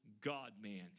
God-man